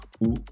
ou